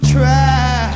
Try